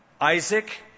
Isaac